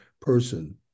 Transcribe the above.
person